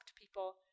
people